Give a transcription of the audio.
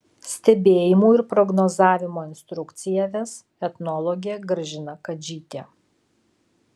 stebėjimų ir prognozavimo instrukciją ves etnologė gražina kadžytė